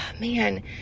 man